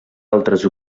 altres